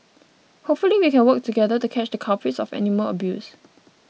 hopefully we can work together to catch the culprits of animal abuse